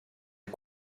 est